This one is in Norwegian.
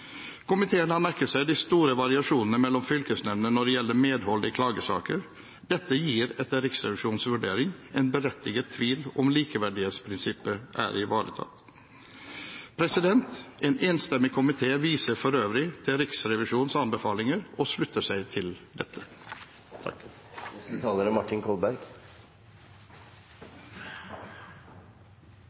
Komiteen har merket seg de store variasjonene mellom fylkesnemndene når det gjelder medhold i klagesaker. Dette gir etter Riksrevisjonens vurdering en berettiget tvil om hvorvidt likeverdighetsprinsippet er ivaretatt. En enstemmig komité viser for øvrig til Riksrevisjonens anbefalinger og slutter seg til